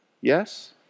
Yes